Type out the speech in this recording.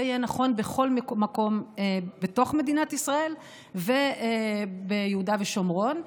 זה יהיה נכון בכל מקום בתוך מדינת ישראל וביהודה ושומרון.